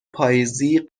پاییزی